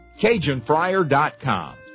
CajunFryer.com